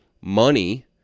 money